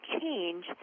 change